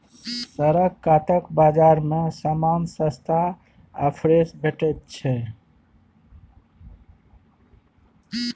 सड़क कातक बजार मे समान सस्ता आ फ्रेश भेटैत छै